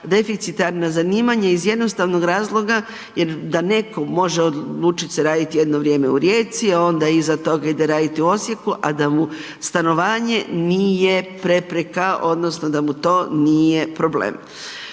deficitarna zanimanja iz jednostavnog razloga jer da netko može odlučiti će raditi jedno vrijeme u Rijeci, a onda iza toga ide raditi u Osijeku, a da mu stanovanje nije prepreka odnosno da mu to nije problem.